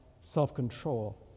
self-control